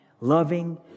loving